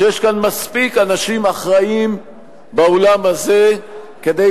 שיש כאן מספיק אנשים אחראיים באולם הזה כדי